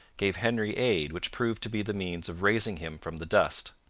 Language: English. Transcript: gave henry aid which proved to be the means of raising him from the dust.